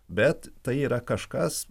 bet tai yra kažkas